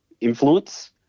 influence